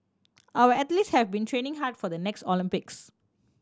our athletes have been training hard for the next Olympics